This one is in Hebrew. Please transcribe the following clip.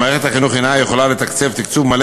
ומערכת החינוך אינה יכולה לתקצב תקצוב מלא